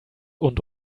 und